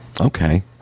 Okay